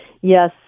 Yes